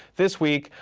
this week,